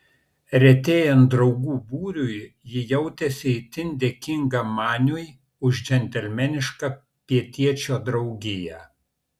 retėjant draugų būriui ji jautėsi itin dėkinga maniui už džentelmenišką pietiečio draugiją